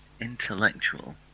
Intellectual